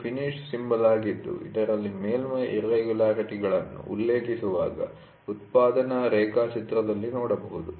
ಇದು finish symbol ಆಗಿದ್ದು ಇದರಲ್ಲಿ ಮೇಲ್ಮೈ ಇರ್ರೆಗುಲರಿಟಿ'ಗಳನ್ನು ಉಲ್ಲೇಖಿಸುವಾಗ ಉತ್ಪಾದನಾ ರೇಖಾಚಿತ್ರದಲ್ಲಿ ನೋಡಬಹುದು